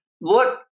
look